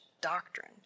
doctrine